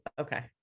okay